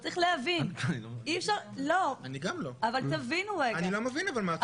תבינו --- אבל אני לא מבין מה את אומרת.